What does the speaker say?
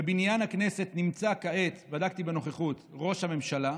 בבניין הכנסת נמצא כעת ראש הממשלה,